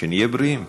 שנהיה בריאים.